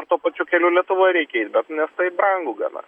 ir tuo pačiu keliu lietuvoj reikia eit bet nes tai brangu gana